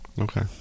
Okay